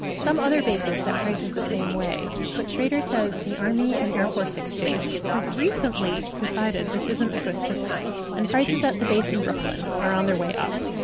some other bases set prices the same way, but shrader says the army and air force exchange has recently decided this isn't a good system. and prices at the base in brooklyn are on their way up.